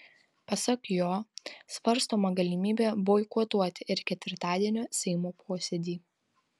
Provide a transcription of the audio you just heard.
pasak jo svarstoma galimybė boikotuoti ir ketvirtadienio seimo posėdį